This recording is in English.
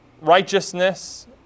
righteousness